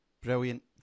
brilliant